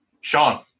Sean